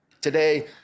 Today